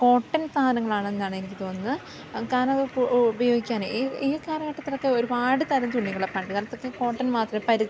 cotton സാധനങ്ങളാണെന്നാണ് എനിക്ക് തോന്നുന്നത് കാരണമത് ഉപയോഗിക്കാന് ഈ ഈ കാലഘട്ടത്തിലൊക്ക ഒരുപാട് തരം തുണികള് പണ്ട് കാലത്തൊക്കെ കോട്ടൻ മാത്രമേ പരുത്തി